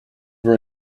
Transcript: were